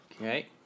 Okay